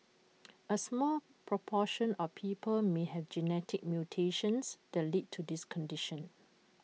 A small proportion of people may have genetic mutations that lead to this condition